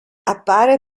appare